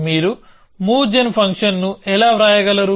మీరు move gen ఫంక్షన్ను ఎలా వ్రాయగలరు